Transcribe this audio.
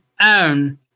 own